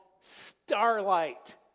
Starlight